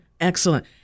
Excellent